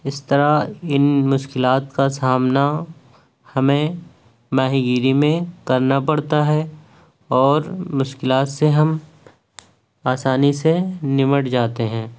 اس طرح ان مشکلات کا سامنا ہمیں ماہی گیری میں کرنا پڑتا ہے اور مشکلات سے ہم آسانی سے نمٹ جاتے ہیں